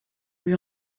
lui